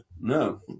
No